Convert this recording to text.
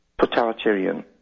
totalitarian